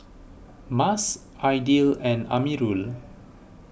Mas Aidil and Amirul